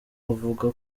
avuga